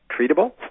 treatable